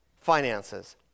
finances